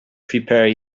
prepare